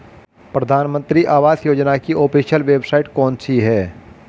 प्रधानमंत्री आवास योजना की ऑफिशियल वेबसाइट कौन सी है?